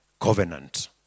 covenant